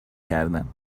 کردن